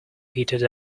petered